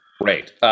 Great